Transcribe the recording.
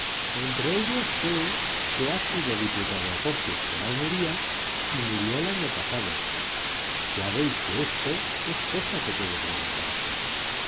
entre ellos c que ha sido diputado a cortes por almería y murió el año pasado ya veis que esto es cosa que puede preguntarse